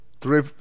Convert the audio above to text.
three